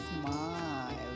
smile